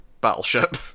battleship